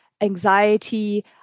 anxiety